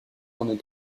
cornes